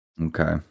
Okay